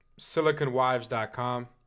SiliconWives.com